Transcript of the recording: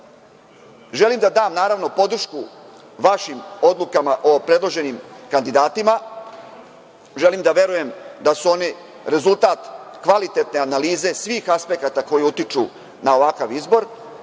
da dam naravno podršku vašim odlukama o predloženim kandidatima. Želim da verujem da su one rezultat kvalitetne analize svih aspekata koji utiču na ovakav izbor